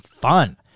fun